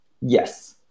Yes